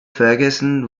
ferguson